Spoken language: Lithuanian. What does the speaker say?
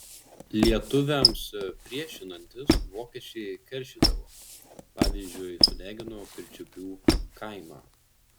lietuviams priešinantis vokiečiai keršydavo pavyzdžiui sudegino pirčiupių kaimą